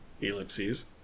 ellipses